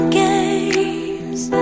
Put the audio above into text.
games